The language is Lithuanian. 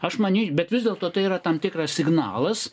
aš many bet vis dėlto tai yra tam tikras signalas